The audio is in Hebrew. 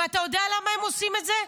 ואתה יודע למה הם עושים את זה?